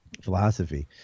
philosophy